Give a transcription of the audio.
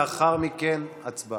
לאחר מכן הצבעה.